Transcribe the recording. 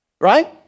Right